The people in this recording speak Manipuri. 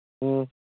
ꯎꯝ